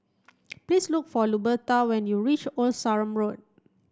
please look for Luberta when you reach Old Sarum Road